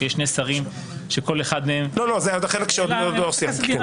שיש שני שרים שכל אחד מהם --- זה החלק שעוד לא סיימת.